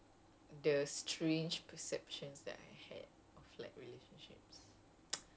I wonder like how many of my stupid decisions can be attributed to like